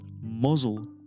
muzzle